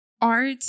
art